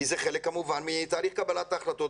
כי זה חלק כמובן מהתהליך קבלת ההחלטות,